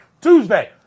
Tuesday